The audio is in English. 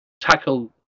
tackle